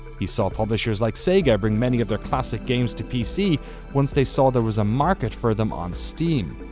he saw publishers like sega bring many of their classic games to pc once they saw there was market for them on steam.